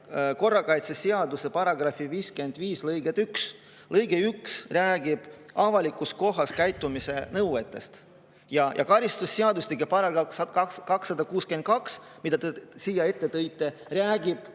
korrakaitseseaduse § 55 lõiget 1. Lõige 1 räägib avalikus kohas käitumise nõuetest. Karistusseadustiku § 262, mida te siin ette tõite, räägib